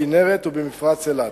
בכינרת ובמפרץ אילת.